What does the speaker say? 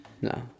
No